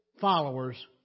followers